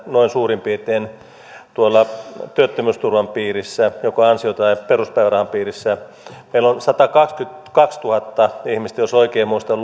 noin suurin piirtein kolmesataakolmekymmentätuhatta ihmistä tuolla työttömyysturvan piirissä joko ansio tai peruspäivärahan piirissä meillä on satakaksikymmentäkaksituhatta ihmistä jos oikein muistan